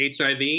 HIV